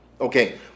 Okay